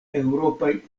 eŭropaj